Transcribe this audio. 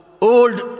old